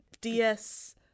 ds